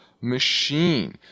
machine